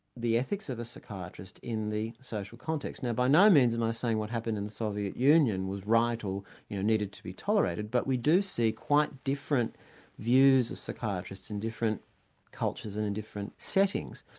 the ethics of a psychiatrist in the social context. now by no means am i saying what happened in the soviet union was right or you know needed to be tolerated, but we do see quite different views of psychiatrists in different cultures and in different settings.